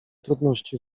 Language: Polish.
trudności